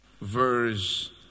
verse